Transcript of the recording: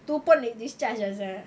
tu pun late discharge ah sia